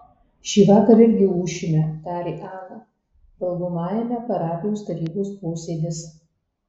šįvakar irgi ūšime tarė ana valgomajame parapijos tarybos posėdis